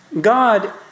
God